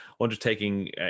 undertaking